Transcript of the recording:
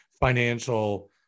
financial